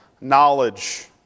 knowledge